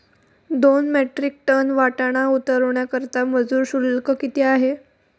दोन metric ton वाटाणा उतरवण्याकरता मजूर शुल्क किती असेल?